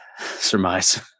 surmise